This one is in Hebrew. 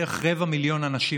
בערך רבע מיליון אנשים,